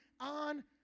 on